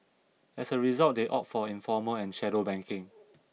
as a result they opted for informal and shadow banking